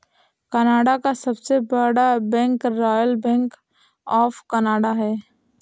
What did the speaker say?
Canada का सबसे बड़ा bank Royal Bank of Canada है